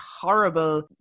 horrible